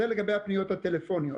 זה לגבי הפניות הטלפוניות.